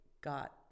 got